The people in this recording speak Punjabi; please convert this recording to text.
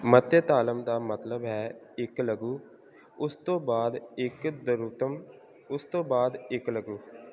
ਮਤਯ ਤਾਲਮ ਦਾ ਮਤਲਬ ਹੈ ਇੱਕ ਲਘੂ ਉਸ ਤੋਂ ਬਾਅਦ ਇੱਕ ਦਰੂਤਮ ਉਸ ਤੋਂ ਬਾਅਦ ਇੱਕ ਲਘੂ